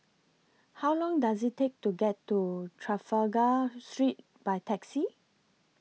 How Long Does IT Take to get to Trafalgar Street By Taxi